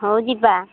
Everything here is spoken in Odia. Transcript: ହଉ ଯିବା